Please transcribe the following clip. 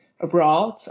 abroad